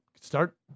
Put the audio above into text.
Start